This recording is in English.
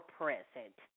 present